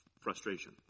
frustration